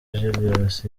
julius